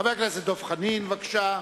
חבר הכנסת דב חנין, בבקשה.